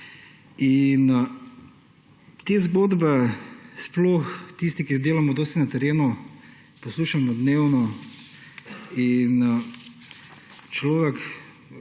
Te zgodbe sploh tisti, ki delamo dosti na terenu, poslušamo dnevno. Človek